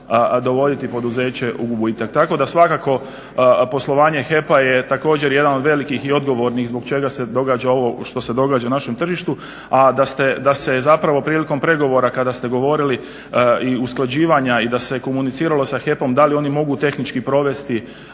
uvoditi poduzeće u gubitak tako da svakako poslovanje HEP-a je jedan od velikih i odgovornih zbog čega se događa ovo što se događa našem tržištu a da ste zapravo prilikom pregovora kada ste govorili i usklađivanja i da se komuniciralo sa HEP-om da li oni mogu tehnički provesti